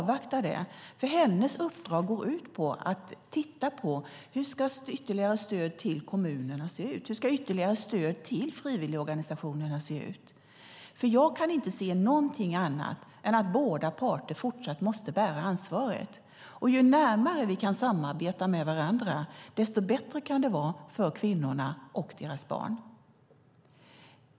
Hennes uppdrag går ju ut på att titta på hur ytterligare stöd till kommunerna och frivilligorganisationerna kan se ut. Jag kan inte se någonting annat än att båda parter fortsatt måste bära ansvaret, och ju närmare vi kan samarbeta med varandra desto bättre kan det vara för kvinnorna och för deras barn.